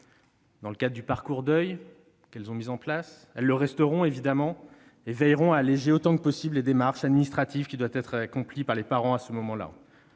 dans le cadre du parcours deuil qu'elles ont mis en place ; elles le resteront évidemment et elles veilleront à alléger autant que possible les démarches administratives qui doivent être accomplies en un tel cas. Je m'y engage